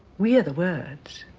we are the words.